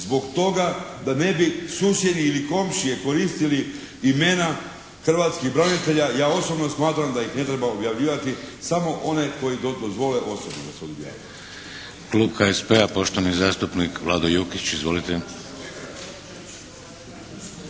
Zbog toga da ne bi susjedi ili komšije koristili imena hrvatskih branitelja ja osobno smatram da ih ne treba objavljivati. Samo oni koji to dozvole osobno da se objavi.